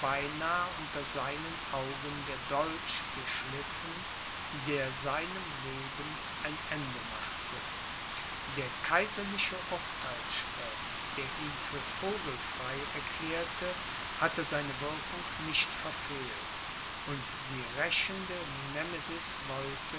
unter seinen augen der dolch geschliffen der seinem leben ein ende machte der kaiserliche urtheilsspruch der ihn für vogelfrei erklärte hatte seine wirkung nicht verfehlt und die rächende nemesis